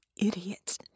idiot